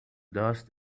dust